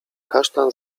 kasztan